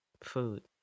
food